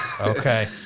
okay